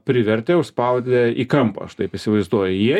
privertė užspaudė į kampą aš taip įsivaizduoju jie